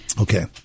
Okay